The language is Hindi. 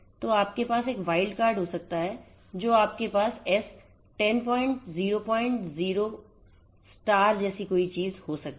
तो आपके पास एक वाइल्ड कार्ड हो सकता है और आपके पास S 1000 जैसी कोई चीज हो सकती है